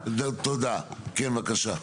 כי המטרה הסופית היא